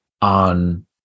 on